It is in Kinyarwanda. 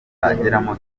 atageramo